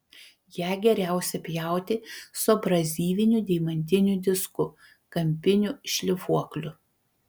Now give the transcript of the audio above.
ją geriausia pjauti su abrazyviniu deimantiniu disku kampiniu šlifuokliu